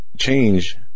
Change